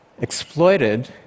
exploited